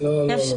לא.